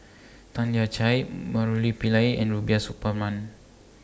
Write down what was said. Tan Lian Chye Murali Pillai and Rubiah Suparman